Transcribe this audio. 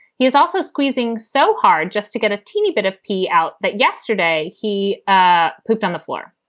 he is also squeezing so hard just to get a teeny bit of pee out that yesterday he ah pooped on the floor.